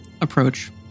approach